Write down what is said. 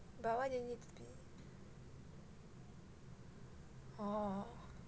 but why do you need it oh